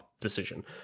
decision